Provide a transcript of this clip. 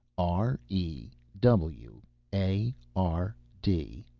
r e w a r d.